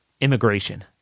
Immigration